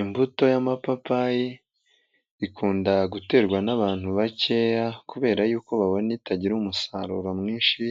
Imbuto y'amapapayi ikunda guterwa n'abantu bakeya kubera y'uko babona itagira umusaruro mwinshi